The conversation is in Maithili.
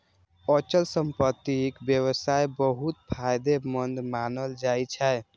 अचल संपत्तिक व्यवसाय बहुत फायदेमंद मानल जाइ छै